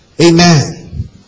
Amen